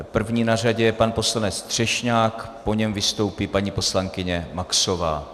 První na řadě je pan poslanec Třešňák, po něm vystoupí paní poslankyně Maxová.